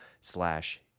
slash